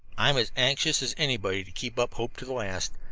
i'm as anxious as anybody to keep up hope to the last.